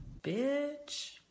Bitch